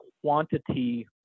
quantity